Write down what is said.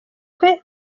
kwe